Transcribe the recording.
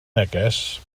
neges